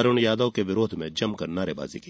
अरुण यादव के विरोध में जमकर नारेबाजी की